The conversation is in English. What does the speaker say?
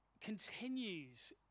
continues